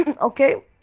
Okay